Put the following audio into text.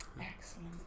Excellent